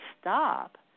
stop